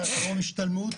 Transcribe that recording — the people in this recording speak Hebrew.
יום השתלמות,